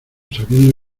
sabiendo